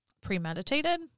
premeditated